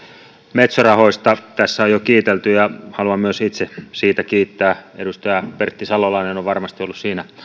metso rahoista tässä on jo kiitelty ja haluan myös itse niistä kiittää edustaja pertti salolainen on on varmasi ollut siinä